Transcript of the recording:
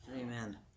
Amen